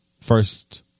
first